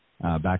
Back